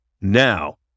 Now